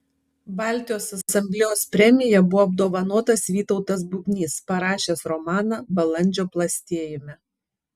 baltijos asamblėjos premija buvo apdovanotas vytautas bubnys parašęs romaną balandžio plastėjime